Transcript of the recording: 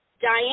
Diane